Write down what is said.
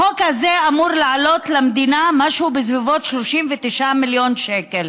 החוק הזה אמור לעלות למדינה בסביבות 39 מיליון שקל,